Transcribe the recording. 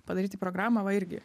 padaryti programą va irgi